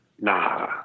Nah